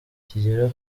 kigera